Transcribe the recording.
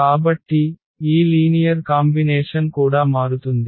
కాబట్టి ఈ linear combination కూడా మారుతుంది